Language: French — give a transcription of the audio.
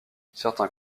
certains